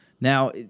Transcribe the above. Now